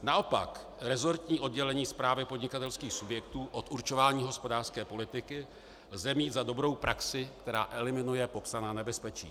Naopak, resortní oddělení správy podnikatelských subjektů od určování hospodářské politiky v zemích za dobrou praxi, která eliminuje popsaná nebezpečí.